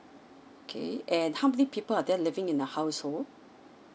okay and how many people are there living in a household